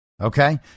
okay